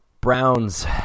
Browns